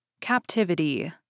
Captivity